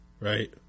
right